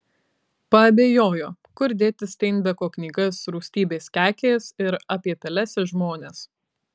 paabejojo kur dėti steinbeko knygas rūstybės kekės ir apie peles ir žmones